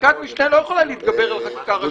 חקיקת משנה לא יכולה להתגבר על חקיקה ראשית.